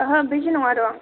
ओहो बिजि नङा र'